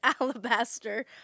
Alabaster